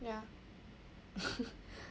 ya